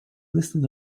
listed